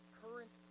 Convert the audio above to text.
current